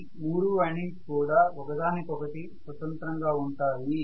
ఈ మూడు వైండింగ్స్ కూడా ఒక దానికి ఒకటి స్వతంత్రంగా ఉంటాయి